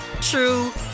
true